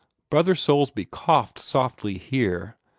brother soulsby coughed softly here,